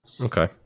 okay